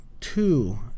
two